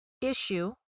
issue